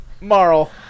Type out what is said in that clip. Marl